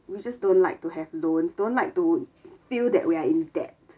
we just don't like to have loans don't like to feel that we are in debt